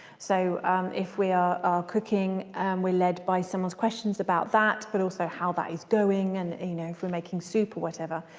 so if we are cooking we're led by someone's questions about that but also how that is going, and you know if we're making soup or whatever.